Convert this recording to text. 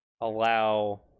allow